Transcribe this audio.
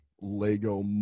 lego